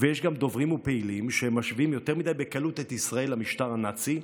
יש גם דוברים ופעילים שמשווים יותר מדי בקלות את ישראל למשטר הנאצי,